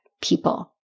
people